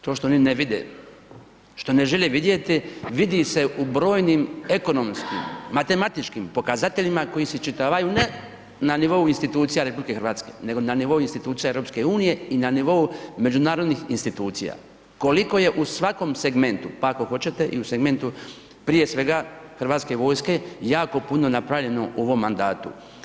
To što oni ne vide, što ne žele vidjeti, vidi se u brojnim ekonomskim, matematičkim pokazateljima koji se iščitavaju ne na nivou institucija RH nego na nivou institucija EU-a i na nivou međunarodnih institucija koliko je u svakom segmentu pa ako hoćete i u segmentu prije svega hrvatske vojske, jako puno napravljeno u ovom mandatu.